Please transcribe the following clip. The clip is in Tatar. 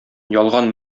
ялган